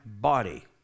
body